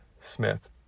Smith